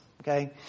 Okay